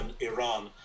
Iran